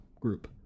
group